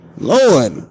Lord